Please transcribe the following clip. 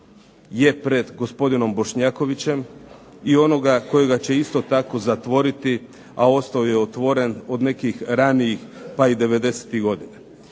je pred gospodinom Bošnjakovićem i onoga kojega će isto tako zatvoriti, a ostao je otvoren od nekih ranijih pa i '90.-tih godina.